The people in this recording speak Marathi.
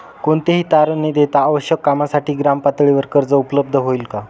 कोणतेही तारण न देता आवश्यक कामासाठी ग्रामपातळीवर कर्ज उपलब्ध होईल का?